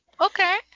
Okay